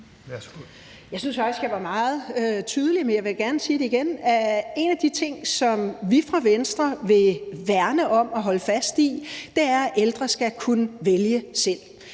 faktisk, at jeg var meget tydelig, men jeg vil da gerne sige det igen. En af de ting, som vi fra Venstres side vil værne om og holde fast i, er, at ældre skal kunne vælge selv.